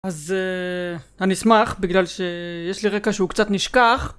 אז אני אשמח בגלל שיש לי רקע שהוא קצת נשכח